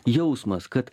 jausmas kad